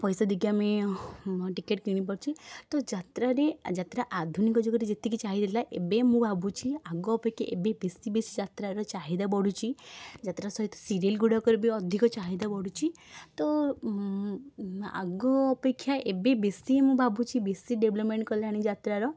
ପଇସା ଦେଇକି ଆମେ ଟିକେଟ୍ କିଣିପାରୁଛେ ତ ଯାତ୍ରାରେ ଯାତ୍ରା ଆଧୁନିକ ଯୁଗରେ ଯେତିକି ଚାହିଦା ଏବେ ମୁଁ ଛି ଭାବୁଛି ଆଗ ଅପେକ୍ଷା ଏବେ ବେଶୀ ବେଶୀ ଯାତ୍ରାର ଚାହିଦା ବଢ଼ୁଛି ଯାତ୍ରା ସହିତ ସିରିଏଲ୍ ଗୁଡ଼ାକର ବି ଅଧିକ ଚାହିଦା ବଢ଼ୁଛି ତ ଆଗ ଅପେକ୍ଷା ଏବେ ବେଶୀ ମୁଁ ଭାବୁଛି ବେଶୀ ଡେଭ୍ଲପ୍ମେଣ୍ଟ୍ କଲାଣି ଯାତ୍ରାର